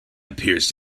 appears